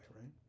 right